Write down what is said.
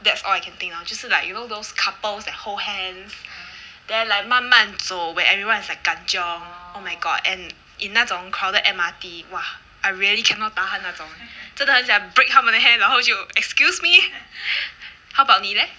that's all I can think lor 就是 like you know those couples that hold hands then like 慢慢走 where everyone is like kanchiong oh my god and in 那种 crowded M_R_T !wah! I really cannot tahan 那种真的很想 break 他们的 hand 然后就 excuse me how about 你 leh